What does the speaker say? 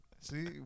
See